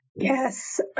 Yes